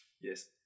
Yes